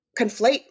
conflate